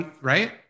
right